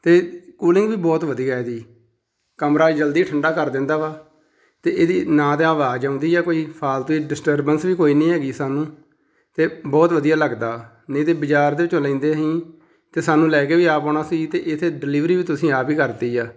ਅਤੇ ਕੂਲਿੰਗ ਵੀ ਬਹੁਤ ਵਧੀਆ ਇਹਦੀ ਕਮਰਾ ਜਲਦੀ ਠੰਢਾ ਕਰ ਦਿੰਦਾ ਵਾ ਅਤੇ ਇਹਦੀ ਨਾ ਤਾਂ ਆਵਾਜ਼ ਆਉਂਦੀ ਆ ਕੋਈ ਫਾਲਤੂ ਡਿਸਟਰਬੰਸ ਵੀ ਕੋਈ ਨਹੀਂ ਹੈਗੀ ਸਾਨੂੰ ਅਤੇ ਬਹੁਤ ਵਧੀਆ ਲੱਗਦਾ ਨਹੀਂ ਤਾਂ ਬਾਜ਼ਾਰ ਦੇ ਵਿੱਚੋਂ ਲੈਂਦੇ ਅਸੀਂ ਤਾਂ ਸਾਨੂੰ ਲੈ ਕੇ ਵੀ ਆਪ ਆਉਣਾ ਸੀ ਅਤੇ ਇੱਥੇ ਡਿਲੀਵਰੀ ਵੀ ਤੁਸੀਂ ਆਪ ਹੀ ਕਰਤੀ ਆ